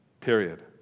Period